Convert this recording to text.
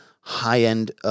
high-end